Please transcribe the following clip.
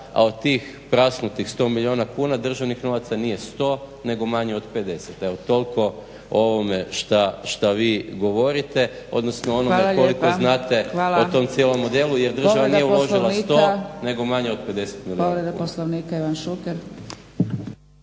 a od tih prasnutih 100 milijuna kuna državnih novaca nije 100 ngo manje od 50. Evo toliko o ovome šta vi govorite, odnosno onome koliko znate o tom cijelom modelu jer država nije uložila 100 nego manje od 50 milijuna.